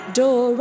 door